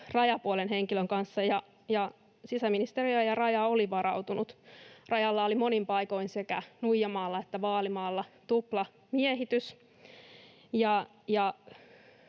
rajapuolen henkilön kanssa, ja sisäministeriö ja Raja olivat varautuneet. Rajalla oli monin paikoin sekä Nuijamaalla että Vaalimaalla tuplamiehitys,